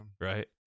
right